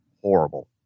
horrible